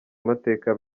amateka